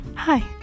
Hi